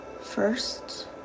First